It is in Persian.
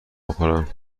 بخورم